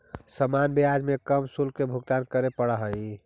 सामान्य ब्याज में कम शुल्क के भुगतान करे पड़ऽ हई